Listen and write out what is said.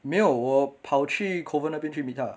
没有我跑去 kovan 那边去 meet 他